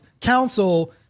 counsel